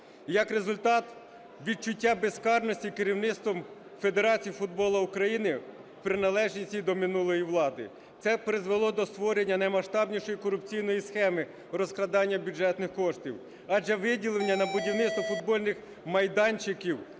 як результат – відчуття безкарності керівництвом Федерації футболу України в приналежності до минулої влади. Це призвело до створення наймаштабнішої корупційної схеми розкрадання бюджетних коштів. Адже виділення на будівництво футбольних майданчиків